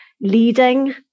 leading